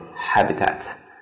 habitat